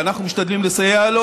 ואנחנו משתדלים לסייע לו,